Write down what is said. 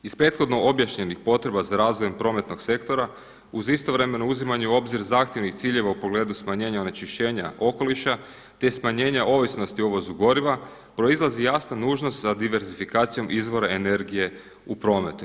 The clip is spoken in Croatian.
Iz prethodno objašnjenih potreba za razvojem prometnog sektora uz istovremeno uzimanje u obzir zahtjevnih ciljeva u pogledu smanjenja onečišćenja okoliša, te smanjenja ovisnosti o uvozu goriva, proizlazi jasna nužnost za diversifikacijom izvora energije u prometu.